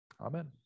Amen